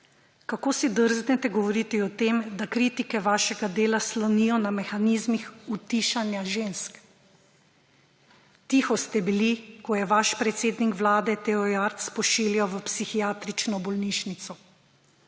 Kako si drznite govoriti o tem, da kritike vašega dela slonijo na mehanizmih utišanja žensk? Tiho ste bili, ko je vaš predsednik Vlade Tejo Jarc pošiljal v psihiatrično bolnišnico.